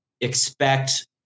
expect